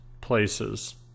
places